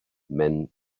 men